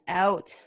out